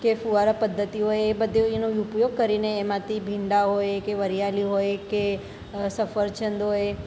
કે ફુવારા પદ્ધતિ હોય એ બધાંનો ઉપયોગ કરીને એમાંથી ભીંડા હોય કે વરિયાળી હોય કે સફરજન હોય